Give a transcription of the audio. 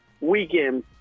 weekend